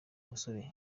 musore